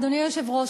אדוני היושב-ראש,